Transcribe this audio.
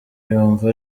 yumva